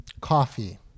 Coffee